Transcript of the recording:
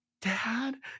dad